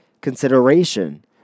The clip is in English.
consideration